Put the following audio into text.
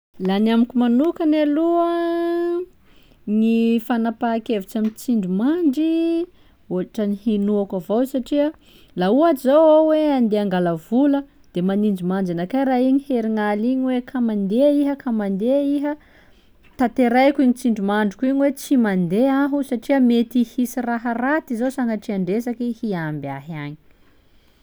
Laha ny amiko manokany aloha, gny fanapahan-kevitsa amin'ny tsindrimandry hôtrany hinoako avao satria laha ohatsy zao hoe andeha hangala vola de maninji-manjy anakay raha igny hoe herinaly igny hoe ka mandeha iha, ka mandeha iha, tanteraiko iny tsindrimandriko igny hoe tsy mandeha aho satria mety hisy raha raty zao sagnatrian-dresaky hihamby ahy agny.